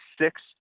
six